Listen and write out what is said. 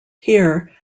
here